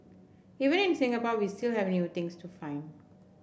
even in Singapore we still have new things to find